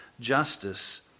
justice